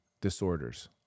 disorders